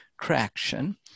traction